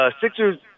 Sixers